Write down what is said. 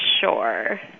sure